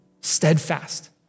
steadfast